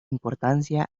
importància